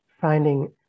finding